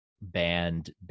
band